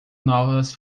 novas